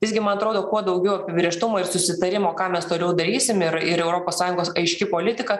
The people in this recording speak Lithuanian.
visgi man atrodo kuo daugiau apibrėžtumo ir susitarimo ką mes toliau darysim ir ir europos sąjungos aiški politika